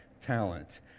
talent